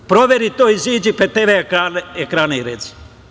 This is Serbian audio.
Proveri to, izađi pred TV ekrane i reci.